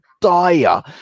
dire